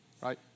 Right